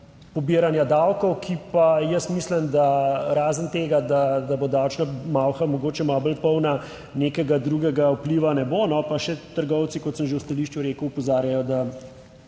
pobiranja davkov, ki pa jaz mislim, da razen tega, da bo davčna malha mogoče malo bolj polna, nekega drugega vpliva ne bo. Pa še trgovci, kot sem že v stališču rekel, opozarjajo, da